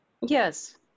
Yes